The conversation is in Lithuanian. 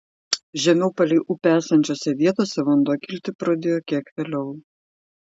žemiau palei upę esančiose vietose vanduo kilti pradėjo kiek vėliau